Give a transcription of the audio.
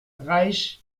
reich